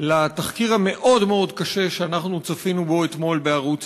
על התחקיר המאוד-מאוד קשה שצפינו בו אתמול בערוץ